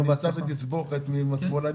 אתה נמצא בתסבוכת עם השמאלנים,